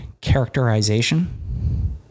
characterization